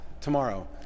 tomorrow